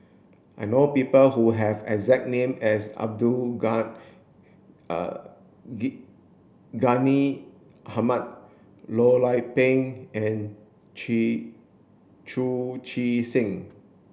I know people who have exact name as Abdul Hamid Loh Lik Peng and Chu Chee Seng